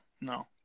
no